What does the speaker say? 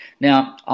Now